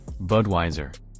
Budweiser